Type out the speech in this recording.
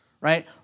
right